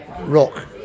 rock